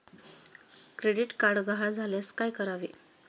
Credit card गहाळ झाल्यास काय करावे?